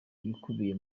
ibikubiye